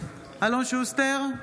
אלון שוסטר,